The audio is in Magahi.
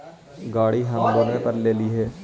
गाड़ी हम लोनवे पर लेलिऐ हे?